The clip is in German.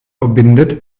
verbindet